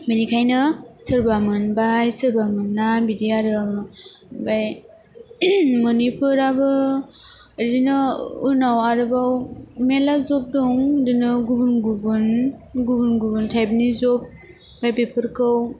बेनिखाइनो सोरबा मोनबाय सोरबा मोना बिदि आरो ओमफाय मोनैफोराबो इदिनो उनाव आरोबाव मेला जब दं बिदिनो गुबुन गुबुन गुबुन गुबुन थाइबनि जब आमफाय बेफोरखौ